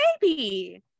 baby